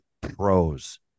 pros